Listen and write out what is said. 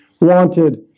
wanted